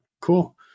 cool